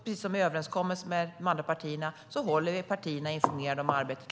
Precis enligt överenskommelsen med de andra partierna håller vi dem löpande informerade om arbetet.